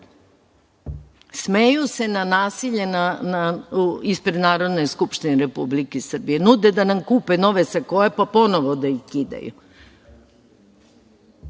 Smeju se na nasilje ispred Narodne skupštine Republike Srbije, nude da nam kupe nove sakoe, pa ponovo da ih kidaju.